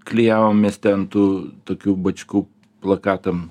klijavom mes ten tų tokių bačkų plakatam